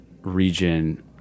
region